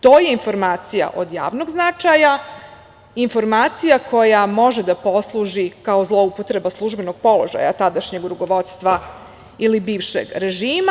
To je informacija od javnog značaja, informacija koja može da posluži kao zloupotreba službenog položaja tadašnjeg rukovodstva ili bivšeg režima.